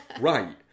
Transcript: right